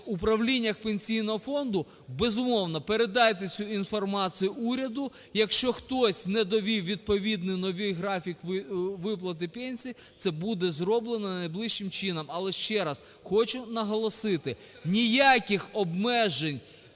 управліннях Пенсійного фонду, безумовно, передайте цю інформацію уряду. Якщо хтось не довів відповідно новий графік виплати пенсій це буде зроблено найближчим часом. Але ще раз хочу наголосити: ніяких обмежень